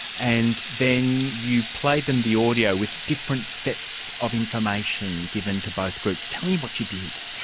and then you played them the audio with different sets of information given to both groups. tell me what you did.